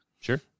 sure